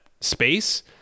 space